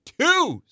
twos